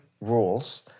rules